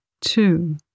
Two